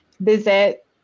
visit